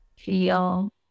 feel